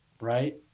Right